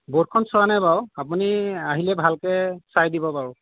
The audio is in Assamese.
বৰ্ডখন চোৱা নাই বাৰু আপুনি আহিলে ভালকে চাই দিব বাৰু